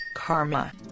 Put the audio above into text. Karma